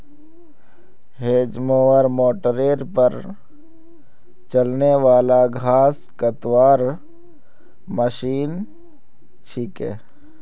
hedge mower मोटरेर पर चलने वाला घास कतवार मशीन छिके